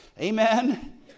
Amen